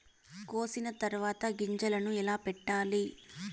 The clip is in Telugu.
కోసిన తర్వాత గింజలను ఎలా పెట్టాలి